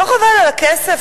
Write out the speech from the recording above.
לא חבל על הכסף?